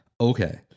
okay